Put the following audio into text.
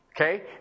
Okay